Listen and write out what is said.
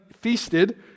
feasted